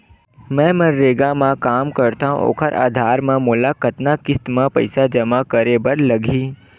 मैं मनरेगा म काम करथव, ओखर आधार म मोला कतना किस्त म पईसा जमा करे बर लगही?